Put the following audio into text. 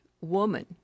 woman